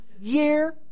year